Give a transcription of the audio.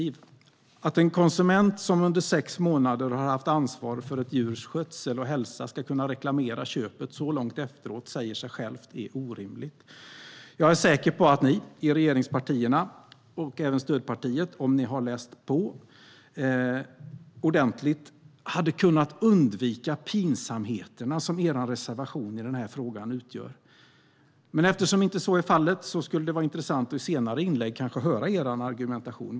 Det säger sig självt att det är orimligt att en konsument som under sex månader har haft ansvaret för ett djurs skötsel och hälsa ska kunna reklamera köpet så långt efteråt. Jag är säker på att ni i regeringspartierna och även i stödpartiet - om ni hade läst på ordentligt - hade kunnat undvika pinsamheter som er reservation i den här frågan utgör. Men eftersom så inte är fallet skulle det vara intressant att i senare inlägg kanske höra er argumentation.